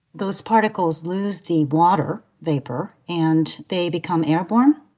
those particles lose the water vapor, and they become airborne.